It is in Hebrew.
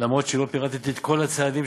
אומנם לא פירטתי את כל הצעדים,